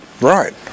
Right